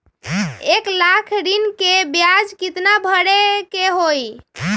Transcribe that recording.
एक लाख ऋन के ब्याज केतना भरे के होई?